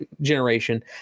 generation